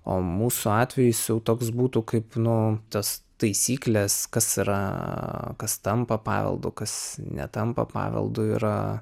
o mūsų atveju jis jau toks būtų kaip nuo tos taisyklės kas yra kas tampa paveldu kas netampa paveldu yra